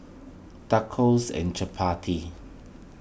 Tacos and Chapati